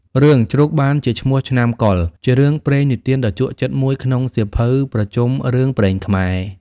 រឿងជ្រូកបានជាឈ្មោះឆ្នាំកុរ ជារឿងព្រេងនិទានដ៏ជក់ចិត្តមួយក្នុងសៀវភៅប្រជុំរឿងព្រេងខ្មែរ ។